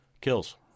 kills